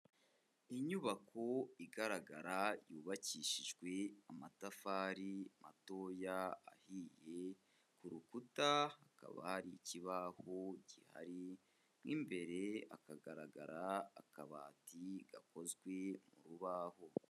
Inyubako igaragara yubakishijwe amatafari matoya ahiye, ku rukuta hakaba hari ikibaho gihari mo imbere hakagaragara akabati gakozwe mu rubaho.